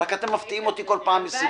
רק אתם מפתיעים אותי כל פעם.